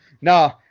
no